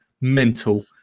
mental